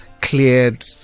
cleared